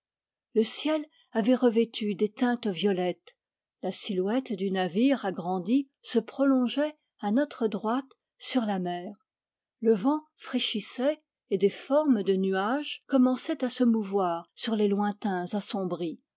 le ciel avait revêtu des teintes violettes la silhouette du navire agrandie se prolongeait à notre droite sur la mer le vent fraîchissait et des formes de nuages commençaient à se mouvoir sur les lointains assombris